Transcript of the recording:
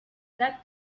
that